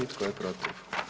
I tko je protiv?